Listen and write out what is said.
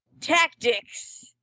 Tactics